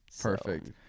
perfect